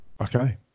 Okay